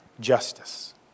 justice